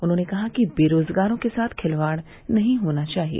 उन्होंने कहा कि बेरोजगारों के साथ खिलवाड़ नहीं होना चाहिए